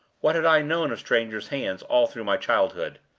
what had i known of strangers' hands all through my childhood?